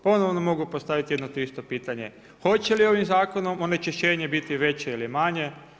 Ponovno mogu postaviti jedno te isto pitanje, hoće li ovim zakonom onečišćenje biti veće ili manje?